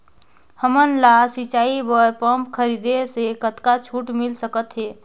हमन ला सिंचाई बर पंप खरीदे से कतका छूट मिल सकत हे?